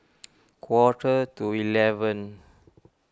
quarter to eleven